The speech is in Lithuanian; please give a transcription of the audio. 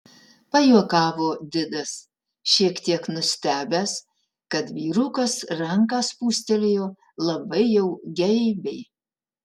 pajuokavo didas šiek tiek nustebęs kad vyrukas ranką spūstelėjo labai jau geibiai